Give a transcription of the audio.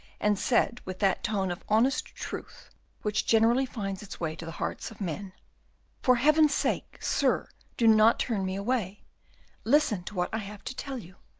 and said with that tone of honest truth which generally finds its way to the hearts of men for heaven's sake, sir, do not turn me away listen to what i have to tell you,